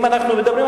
אם אנחנו מדברים,